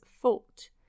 fault